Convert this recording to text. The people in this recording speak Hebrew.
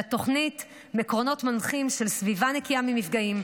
לתוכנית עקרונות מנחים של סביבה נקייה ממפגעים,